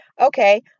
Okay